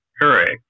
Correct